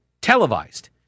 televised